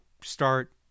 start